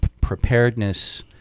preparedness